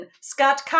Scott